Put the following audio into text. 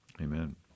Amen